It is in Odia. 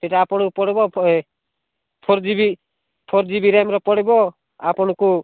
ସେଇଟା ଆପଣଙ୍କୁ ପଡ଼ିବ ଏ four G B four G B ରାମ୍ର ପଡ଼ିବ ଆପଣଙ୍କୁ